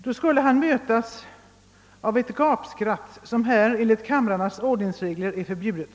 Då kommer han att mötas av ett gapskratt som här enligt kamrarnas ordningsregler är förbjudet.